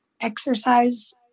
exercise